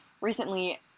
recently